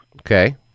Okay